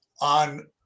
on